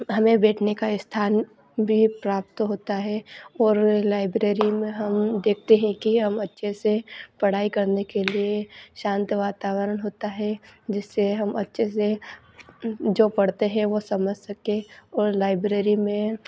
हमें बैठने का स्थान भी प्राप्त होता है और लाइब्रेरी में हम देखते हैं कि हम अच्छे से पढ़ाई करने के लिए शांत वातावरण होता है जिससे हम अच्छे से जो पढ़ते हैं वो समझ सकें में और लाइब्रेरी में